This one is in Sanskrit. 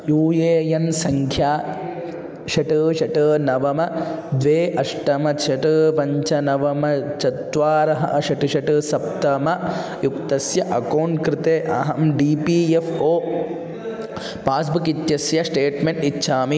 यू ए एन् सङ्ख्या षट् षट् नवमं द्वे अष्टमं षट् पञ्च नवमं चत्वारः षट् षट् सप्तमं युक्तस्य अकौण्ट् कृते अहं D P F O passbook इत्यस्य श्टेट्मेण्ट् इच्छामि